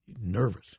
nervous